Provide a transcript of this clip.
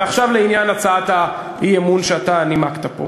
ועכשיו לעניין הצעת האי-אמון שאתה נימקת פה: